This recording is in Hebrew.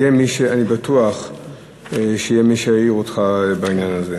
אני בטוח שיהיה מי שיעיר אותך בעניין הזה.